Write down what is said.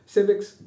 Civics